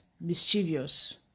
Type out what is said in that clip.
mischievous